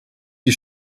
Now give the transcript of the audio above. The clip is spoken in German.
die